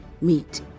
meet